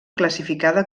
classificada